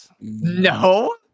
no